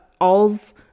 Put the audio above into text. All's